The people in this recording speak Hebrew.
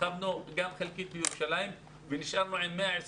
הרחבנו גם חלקית בירושלים ונשארנו עם 120